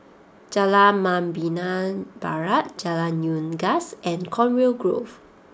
Jalan Membina Barat Jalan Unggas and Conway Grove